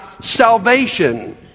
salvation